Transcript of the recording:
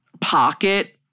pocket